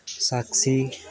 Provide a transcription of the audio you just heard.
साक्षी